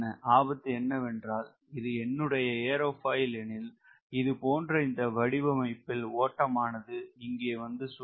ஆபத்து என்னவென்றால் இது என்னுடைய ஏரோபாயில் எனில் இது போன்ற இந்த வடிவமைப்பில் ஓட்டமானது இங்கே வந்து சுழலும்